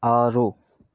ఆరు